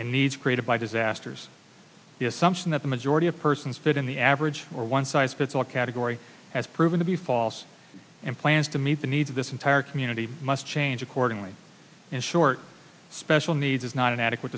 and needs created by disasters the assumption that the majority of persons fit in the average or one size fits all category has proven to be false and plans to meet the needs of this entire community must change accordingly in short special needs is not an adequate